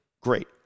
great